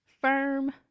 firm